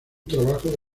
trabajo